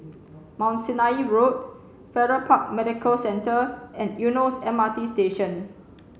Mount Sinai Road Farrer Park Medical Centre and Eunos M R T Station